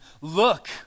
Look